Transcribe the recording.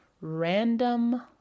random